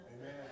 Amen